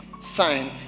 sign